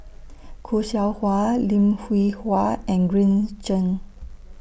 Khoo Seow Hwa Lim Hwee Hua and Green Zeng